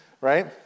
right